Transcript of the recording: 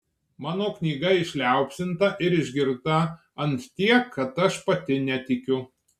mano knyga išliaupsinta ir išgirta ant tiek kad aš pati netikiu